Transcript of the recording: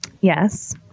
Yes